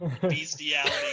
bestiality